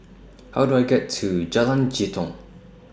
How Do I get to Jalan Jitong